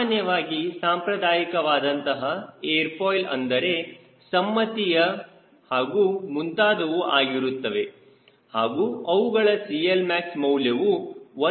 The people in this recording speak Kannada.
ಸಾಮಾನ್ಯವಾಗಿಸಾಂಪ್ರದಾಯಿಕವಾದಂತಹ ಏರ್ ಫಾಯ್ಲ್ ಅಂದರೆ ಸಮ್ಮತಿಯ ಹಾಗೂ ಮುಂತಾದವು ಆಗಿರುತ್ತವೆ ಹಾಗೂ ಅವುಗಳ CLmax ಮೌಲ್ಯವು 1